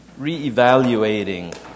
reevaluating